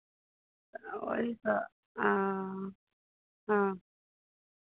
ओहिसँ हँ हँ